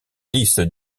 lice